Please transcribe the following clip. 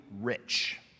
rich